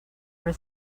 for